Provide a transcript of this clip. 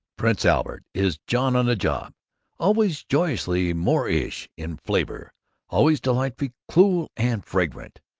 prince albert is john-on-the-job always joy'usly more-ish in flavor always delightfully cool and fragrant!